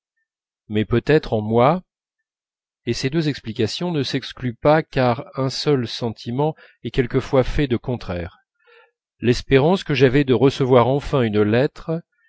mais peut-être en moi et ces deux explications ne s'excluent pas car un seul sentiment est quelquefois fait de contraires l'espérance que j'avais de recevoir enfin une lettre